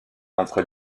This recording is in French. entre